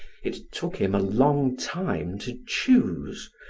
it took him a long time to choose,